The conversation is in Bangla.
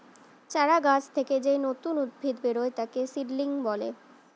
চারা গাছ থেকে যেই নতুন উদ্ভিদ বেরোয় তাকে সিডলিং বলে